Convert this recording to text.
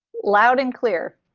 loud and clear.